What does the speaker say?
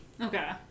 Okay